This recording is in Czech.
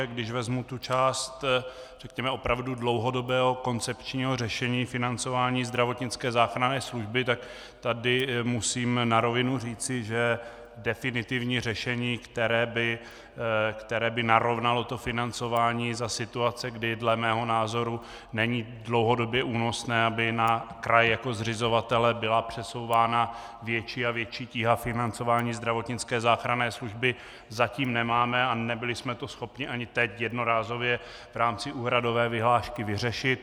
Když vezmu tu část, řekněme, opravdu dlouhodobého koncepčního řešení financování zdravotnické záchranné služby, tak tady musím na rovinu říci, že definitivní řešení, které by narovnalo financování za situace, kdy dle mého názoru není dlouhodobě únosné, aby na kraj jako zřizovatele byla přesouvána větší a větší tíha financování zdravotnické záchranné služby, zatím nemáme a nebyli jsme to schopni ani teď jednorázově v rámci úhradové vyhlášky vyřešit.